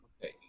Okay